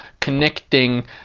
connecting